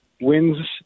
wins